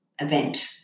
event